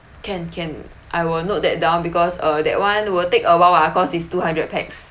can can I will note that down because uh that one will take a while ah cause it's two hundred pax